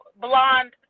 blonde